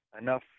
enough